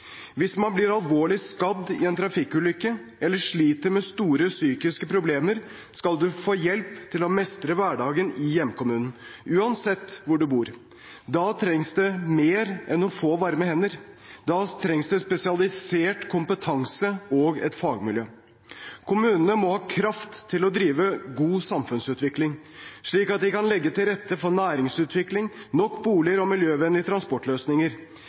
Hvis man blir alvorlig skadd i en trafikkulykke eller sliter med store psykiske problemer, skal en ha hjelp til å mestre hverdagen i hjemkommunen, uansett hvor en bor. Da trengs det mer enn noen få varme hender. Da trengs det spesialisert kompetanse og et fagmiljø. Kommunene må ha kraft til å drive god samfunnsutvikling, slik at de kan legge til rette for næringsutvikling, nok boliger og miljøvennlige transportløsninger.